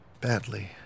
Badly